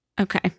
Okay